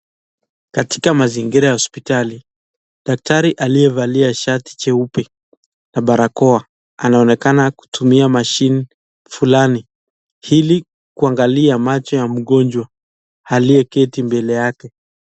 Katika mazingira ya hospitali, daktari aliyevalia shati cheupe na barakoa anaonekana kutumia mashine fulani ili kuangalia macho ya mgonjwa aliyeketi mbele yake.